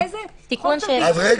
אני מציע